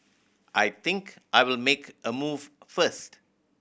I think I'll make a move first